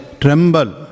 Tremble